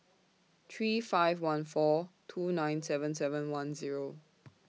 three five one four two nine seven seven one Zero